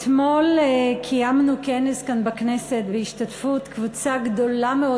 אתמול קיימנו כנס כאן בכנסת בהשתתפות קבוצה גדולה מאוד